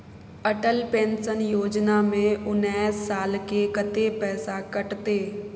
Atal pension Yojana में उनैस साल के कत्ते पैसा कटते?